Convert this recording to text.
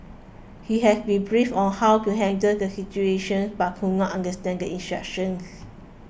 he had been briefed on how to handle the situation but could not understand the instructions